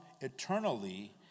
eternally